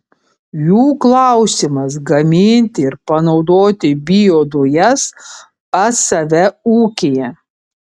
jų klausimas gaminti ir panaudoti biodujas pas save ūkyje